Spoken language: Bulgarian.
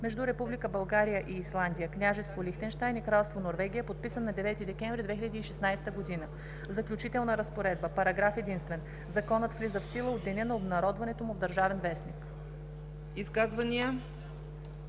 между Република България и Исландия, Княжество Лихтенщайн и Кралство Норвегия, подписан на 9 декември 2016 г. ЗАКЛЮЧИТЕЛНА РАЗПОРЕДБА Параграф единствен. Законът влиза в сила от деня на обнародването му в „Държавен вестник“.“